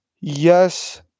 yes